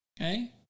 okay